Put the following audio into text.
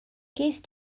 gest